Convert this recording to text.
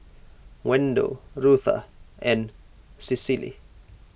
Wendel Rutha and Cicely